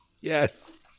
Yes